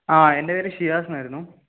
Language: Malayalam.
ആ എൻ്റെ പേര് ഷിയാസ് എന്നായിരുന്നു